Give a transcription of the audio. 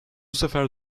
sefer